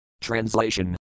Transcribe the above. Translation